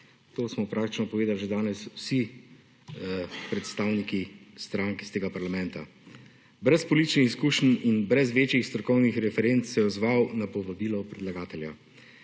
To smo praktično povedali že danes vsi predstavniki strank iz tega parlamenta. Brez političnih izkušenj in brez večjih strokovnih referenc se je odzval na povabilo predlagatelja.